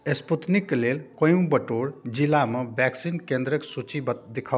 स्पूतनिकके लेल कोयम्बटूर जिलामे वैक्सीन केन्द्रके सूची बत देखाउ